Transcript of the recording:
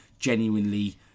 Genuinely